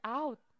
out